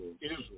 Israel